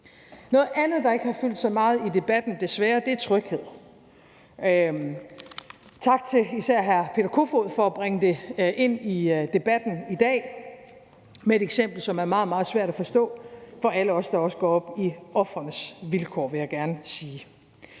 Noget andet, der ikke har fyldt så meget i debatten, desværre, er tryghed. Tak til især hr. Peter Kofod for at bringe det ind i debatten i dag med et eksempel, som er meget, meget svært at forstå for alle os, der også går op i ofrenes vilkår, vil jeg gerne sige.